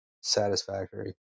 satisfactory